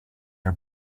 are